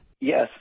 Yes